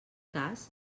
cas